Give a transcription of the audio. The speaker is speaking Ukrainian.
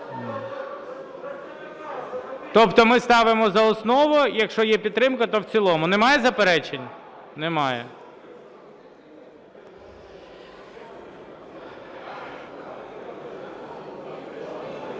Тобто ми ставимо за основу, якщо є підтримка, то в цілому. Немає заперечень? Немає.